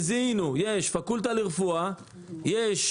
זיהינו: יש פקולטה לרפואה, יש